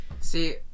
See